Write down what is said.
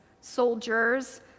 soldiers